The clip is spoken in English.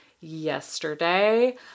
yesterday